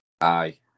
Aye